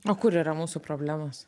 o kur yra mūsų problemos